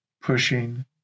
pushing